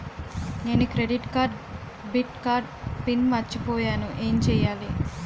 నేను credit card debit card PIN మర్చిపోయేను ఎం చెయ్యాలి?